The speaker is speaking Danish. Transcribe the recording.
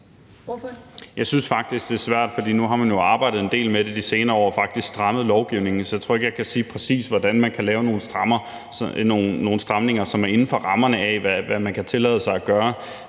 Jeg synes faktisk, det er svært, fordi man jo nu har arbejdet en del med det i de senere år og faktisk har strammet lovgivningen. Så jeg tror ikke, at jeg kan sige præcis, hvordan man kan lave nogle stramninger, som er inden for rammerne af, hvad man kan tillade sig at gøre,